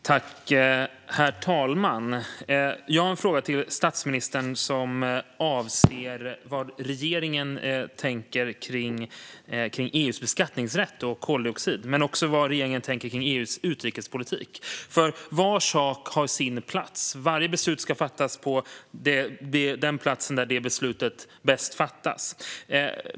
Herr talman! Jag har en fråga till statsministern om vad regeringen tänker kring EU:s beskattningsrätt och koldioxid men också om vad regeringen tänker kring EU:s utrikespolitik. Var sak har sin plats. Varje beslut ska fattas på den plats där det beslutet bäst fattas.